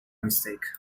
mistake